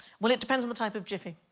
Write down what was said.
well, it depends on the type of jiffy.